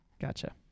Gotcha